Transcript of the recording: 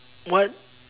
what